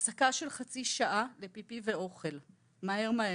הפסקה של חצי שעה לפיפי ואוכל מהר מהר.